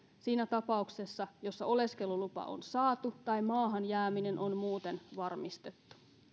siinä tapauksessa jossa oleskelulupa on saatu tai maahan jääminen on muuten varmistettu